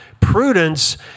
Prudence